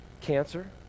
Cancer